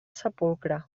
sepulcre